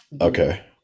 Okay